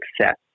success